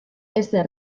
ezer